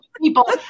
people